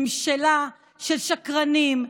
ממשלה של שקרנים,